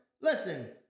Listen